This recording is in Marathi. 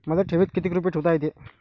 मले ठेवीत किती रुपये ठुता येते?